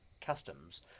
customs